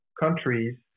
countries